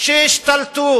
שהשתלטו